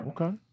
Okay